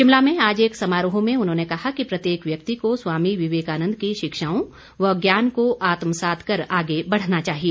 शिमला में आज एक समारोह में उन्होंने कहा कि प्रत्येक व्यक्ति को स्वामी विवेकानंद की शिक्षाओं व ज्ञान को आत्मसात कर आगे बढ़ना चाहिए